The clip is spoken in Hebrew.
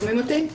שומעים אותי?